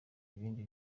ibindi